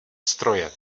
stroje